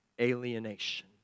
alienation